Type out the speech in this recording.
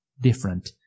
different